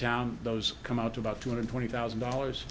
town those come out about two hundred twenty thousand dollars